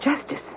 justice